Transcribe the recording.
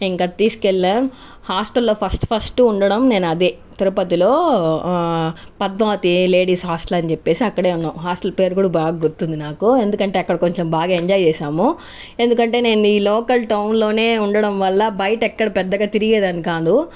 ఇంకా తీసుకు వెళ్ళి హాస్టల్లో ఫస్ట్ ఫస్ట్ ఉండడం నేను అదే తిరుపతిలో పద్మావతి లేడీస్ హాస్టల్ అని చెప్పి అక్కడ ఉన్నాం హాస్టల్ పేరు కూడా బాగా గుర్తుంది నాకు ఎందుకంటే అక్కడ కొంచెం బాగా ఎంజాయ్ చేశాము ఎందుకంటే నేను ఈ లోకల్ టౌన్లో ఉండడం వల్ల బయట ఎక్కడ పెద్దగా తిరిగేదాన్ని కాదు